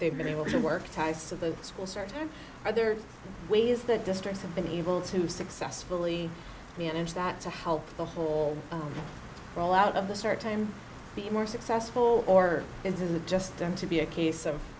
they've been able to work ties to the school certain other ways the districts have been able to successfully manage that to help the whole roll out of the start time the more successful or into the just them to be a case of